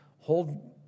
Hold